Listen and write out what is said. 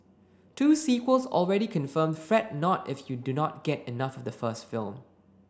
two sequels already confirmed Fret not if you do not get enough the first film